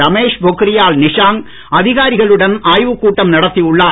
ரமேஷ் பொக்ரியால் நிஷாங்க் அதிகாரிகளுடன் ஆய்வுக் கூட்டம் நடத்தி உள்ளார்